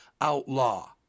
outlaw